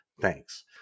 thanks